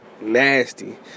nasty